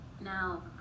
now